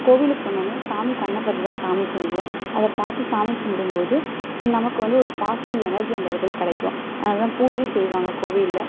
கோவிலுக்கு போனோன்னே சாமி கண்ணை பார்த்துதான் சாமி கும்பிடுவோம் அதைப் பார்த்து சாமி கும்பிடும்போது நமக்கு வந்து ஒரு பாசிட்டிவ் எனர்ஜி அந்த இடத்துல கிடைக்கும் அதனால் தான் பூஜை செய்வாங்க கோவிலில்